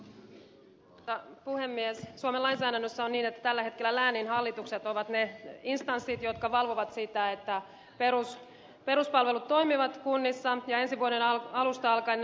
suomen lainsäädännössä on niin että tällä hetkellä lääninhallitukset ovat ne instanssit jotka valvovat sitä että peruspalvelut toimivat kunnissa ja ensi vuoden alusta alkaen nämä avit